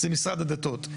זה משרד הדתות.